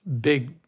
big